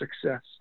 success